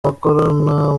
bakorana